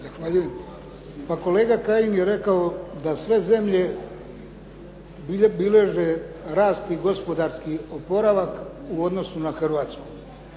se. Pa kolega Kajin je rekao da sve zemlje bilježe rast i gospodarski oporavak u odnosu na Hrvatsku.